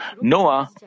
Noah